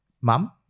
mum